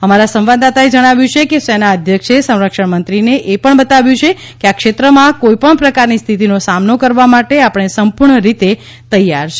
અમારા સંવાદદાતાએ પણ જણાવ્યું છે કે સેના અધ્યક્ષે સંરક્ષણમત્રીને એ પણ બતાવ્યું કે આ ક્ષેત્રમાં કોઇપણ પ્રકારની સ્થિતિનો સામનો કરવા માટે આપણે સંપૂર્ણ રીતે તૈયાર છે